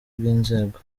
bw’inzego